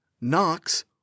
Knox